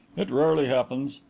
it rarely happens.